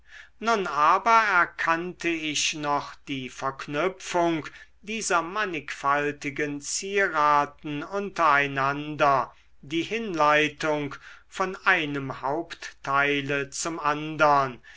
nun aber erkannte ich noch die verknüpfung dieser mannigfaltigen zieraten unter einander die hinleitung von einem hauptteile zum andern